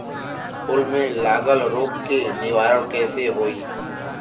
फूल में लागल रोग के निवारण कैसे होयी?